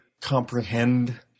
comprehend